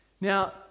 Now